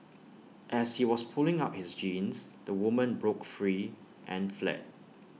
as he was pulling up his jeans the woman broke free and fled